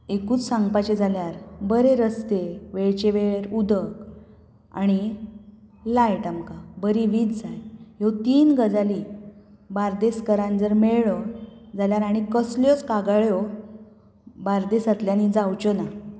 एकूच सांगपाचें जाल्यार बरे रस्ते वेळचे वेळार उदक आनी लायट आमकां बरी वीज जाय ह्यो तीन गजाली बार्देजकारांक जर मेळ्ळ्यो जाल्यार आनीक कसल्योच कागाळ्यो बार्देजांतल्यान जांवच्यो ना